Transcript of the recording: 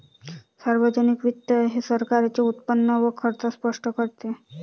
सार्वजनिक वित्त हे सरकारचे उत्पन्न व खर्च स्पष्ट करते